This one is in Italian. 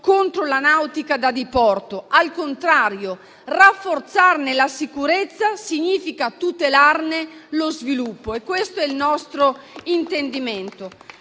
contro la nautica da diporto; al contrario, rafforzarne la sicurezza significa tutelarne lo sviluppo e questo è il nostro intendimento.